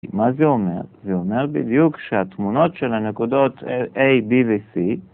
מה זה אומר? זה אומר בדיוק שהתמונות של הנקודות A, B ו-C